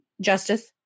Justice